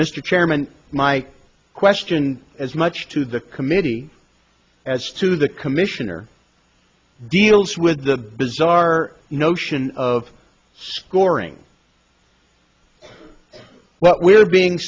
mr chairman my question as much to the committee as to the commission or deals with the bizarre notion of scoring what we're being